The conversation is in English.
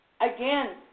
again